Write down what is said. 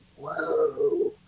whoa